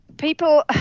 People